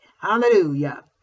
Hallelujah